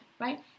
right